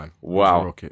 wow